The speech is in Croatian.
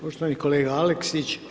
Poštovani kolega Aleksić.